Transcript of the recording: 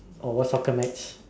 or watch soccer match